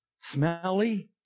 smelly